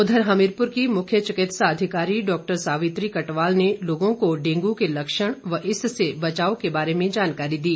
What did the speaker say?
उधर हमीरपुर की मुख्य चिकित्सा अधिकारी डॉक्टर सावित्री कटवाल ने लोगों को डेंगू के लक्षण व इससे बचाव के बारे में जानकारी दी